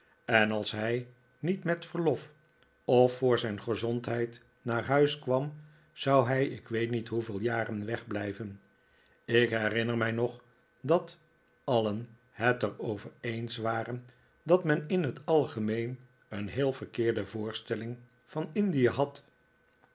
en als hij niet met verlof of voor zijn gezondheid naar huis kwam zou hij ik weet niet hoeveel jaren wegblijven ik herinner mij nog dat alien het er over eens waren dat men in het algemeen een heel verkeerde voorstelling van indie had